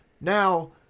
now